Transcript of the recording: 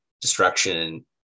destruction